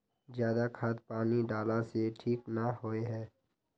ज्यादा खाद पानी डाला से ठीक ना होए है?